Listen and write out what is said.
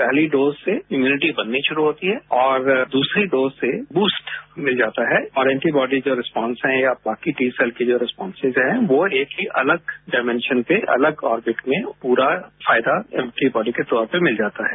पहली डोज से इम्यूनिटी बननी शुरू होती है और दूसरी डोज से बूस्ट मिल जाता है और एंटीबॉजी जो रिसपॉन्स हैं और बाकी की जो रिस्पॉन्सिज हैं वो एक ही अलग डाइमेंशन पे अलग ऑर्बिट में पूरा फायदा एंटीबॉडी के तौर पे मिल जाता है